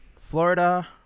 Florida